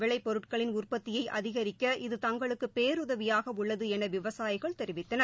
விளைப்பொருட்களின் உற்பத்தியைஅதிகரிக்க இது தங்களுக்குபேருதவியாகஉள்ளதுஎனவிவசாயிகள் தெரிவித்தனர்